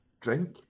drink